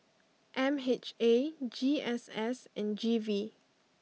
M H A G S S and G V